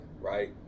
right